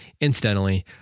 Incidentally